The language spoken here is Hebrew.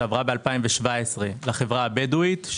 שעברה ב-2017 לחברה הבדואית.